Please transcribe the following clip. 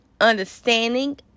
understanding